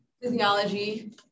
physiology